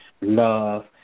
love